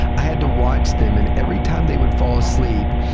i had to watch them, and every time they would fall asleep,